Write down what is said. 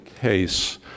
case